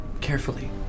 Carefully